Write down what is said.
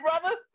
brother